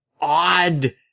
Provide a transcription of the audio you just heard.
odd